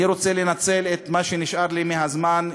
אני רוצה לנצל את מה שנשאר לי מהזמן,